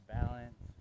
balance